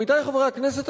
עמיתי חברי הכנסת,